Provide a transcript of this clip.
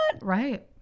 Right